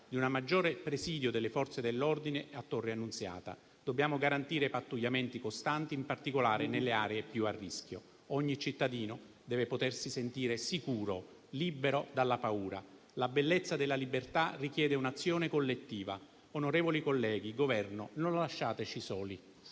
di un maggiore presidio delle Forze dell'ordine a Torre Annunziata. Dobbiamo garantire pattugliamenti costanti, in particolare nelle aree più a rischio. Ogni cittadino deve potersi sentire sicuro, libero dalla paura. La bellezza della libertà richiede un'azione collettiva. Onorevoli colleghi, signori del Governo, non lasciateci soli.